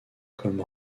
comme